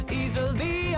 easily